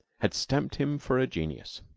had stamped him for a genius.